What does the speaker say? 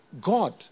God